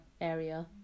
area